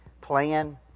plan